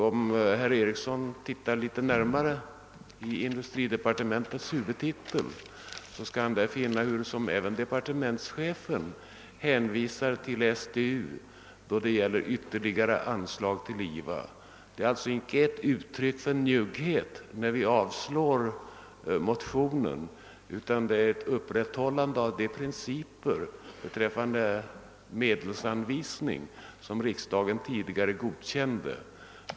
Om herr Ericsson litet närmare studerar industridepartementets huvudtitel, skall han finna att även departementschefen hänvisar till STU då det gäller ytterligare anslag till IVA. När vi avstyrker motionen är detta inte ett uttryck för njugghet utan det sker för att upprätthålla de principer beträffande medelsanvisningen som riksdagen tidigare har godkänt.